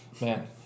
Man